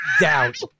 doubt